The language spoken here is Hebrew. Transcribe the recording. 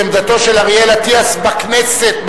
אריאל אטיאס בכנסת,